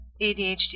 ADHD